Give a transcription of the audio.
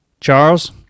Charles